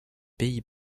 pays